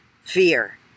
fear